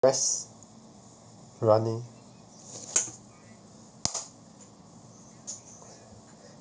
press running